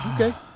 Okay